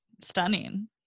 stunning